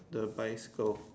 the bicycle